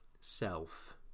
self